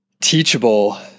teachable